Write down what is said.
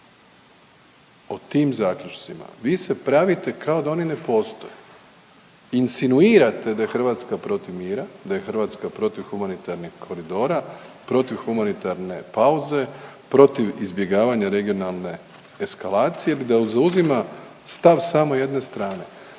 O tim zaključcima. Vi se pravite kao da oni ne postoje. Insinuirate da je Hrvatska protiv mira, da je Hrvatska protiv humanitarnih koridora, protiv humanitarne pauze, protiv izbjegavanja regionalne eskalacije i da zauzima stav samo jedne strane.